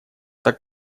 так